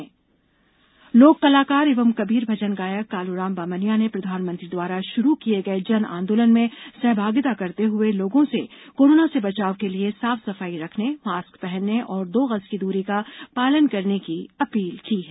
जन आंदोलन लोक कलाकार एवं कबीर भजन गायक कालूराम बामनिया ने प्रधानमंत्री द्वारा शुरू किये गए जन आंदोलन में सहभागिता करते हुए लोगों से कोरोना से बचाव के लिए साफ सफाई रखने मास्क पहनने और दो गज की दूरी का पालन करने की अपील की है